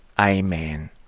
Amen